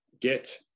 get